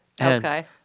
Okay